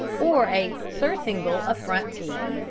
or a surcingle of front teeth.